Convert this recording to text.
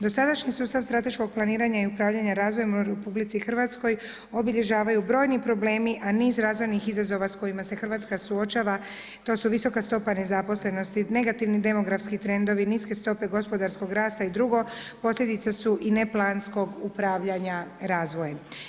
Dosadašnji sustav strateškog planiranja i upravljanje razvojem u RH obilježavaju brojni problemi, a niz razvojnih izazova sa kojima se Hrvatska suočava to su visoka stopa nezaposlenosti, negativni demografski trendovi, niske stope gospodarskog rasta i drugo posljedica su i neplanskog upravljanja razvojem.